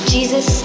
Jesus